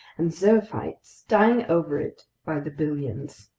and zoophytes dying over it by the billions.